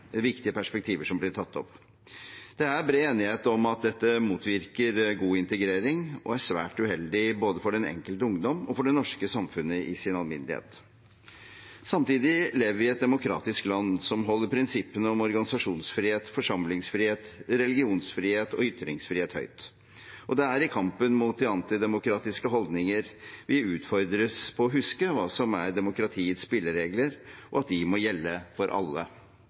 viktige perspektiver som blir tatt opp. Det er bred enighet om at dette motvirker god integrering og er svært uheldig både for den enkelte ungdom og for det norske samfunnet i sin alminnelighet. Samtidig lever vi i et demokratisk land som holder prinsippene om organisasjonsfrihet, forsamlingsfrihet, religionsfrihet og ytringsfrihet høyt, og det er i kampen mot de antidemokratiske holdninger vi utfordres på å huske hva som er demokratiets spilleregler, og at de må gjelde for alle.